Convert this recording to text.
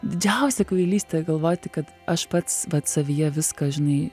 didžiausia kvailystė galvoti kad aš pats pats savyje viską žinai